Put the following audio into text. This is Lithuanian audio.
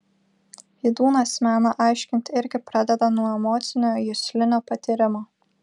vydūnas meną aiškinti irgi pradeda nuo emocinio juslinio patyrimo